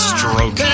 Stroke